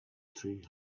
three